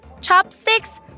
Chopsticks